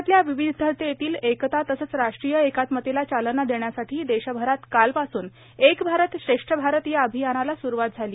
देशातल्या विविधतेतली एकता तसंच राष्ट्रीय एकात्मतेला चालना देण्यासाठी देशभरात कालपासून एक भारत श्रेष्ठ भारत या अभियानाला सुरुवात झाली